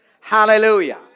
Hallelujah